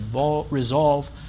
resolve